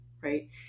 right